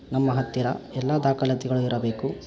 ನಮ್ಮ ಹತ್ತಿರ ಎಲ್ಲ ದಾಖಲಾತಿಗಳು ಇರಬೇಕು